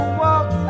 walk